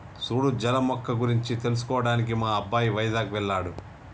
సూడు జల మొక్క గురించి తెలుసుకోవడానికి మా అబ్బాయి వైజాగ్ వెళ్ళాడు